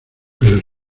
veo